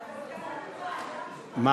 אתה יכול גם לגנות את, אני